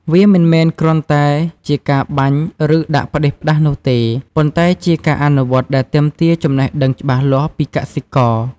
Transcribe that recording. វាមិនមែនគ្រាន់តែជាការបាញ់ ឬដាក់ផ្ដេសផ្ដាសនោះទេ ប៉ុន្តែជាការអនុវត្តដែលទាមទារចំណេះដឹងច្បាស់លាស់ពីកសិករ។